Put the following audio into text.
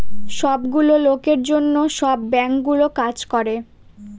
সব গুলো লোকের জন্য সব বাঙ্কগুলো কাজ করে